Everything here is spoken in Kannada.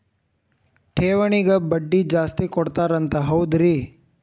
ಠೇವಣಿಗ ಬಡ್ಡಿ ಜಾಸ್ತಿ ಕೊಡ್ತಾರಂತ ಹೌದ್ರಿ?